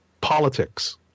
politics